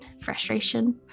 Frustration